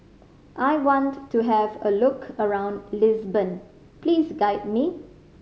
I want to have a look around Lisbon please guide me